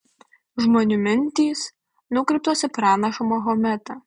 žmonių mintys nukreiptos į pranašą mahometą